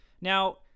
Now